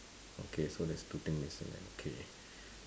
okay so that's two thing missing there okay